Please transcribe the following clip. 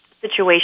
situation